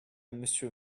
monsieur